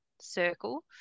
circle